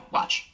Watch